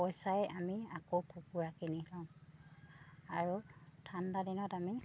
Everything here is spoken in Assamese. পইচাই আমি আকৌ কুকুৰা কিনি লওঁ আৰু ঠাণ্ডা দিনত আমি